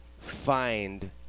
find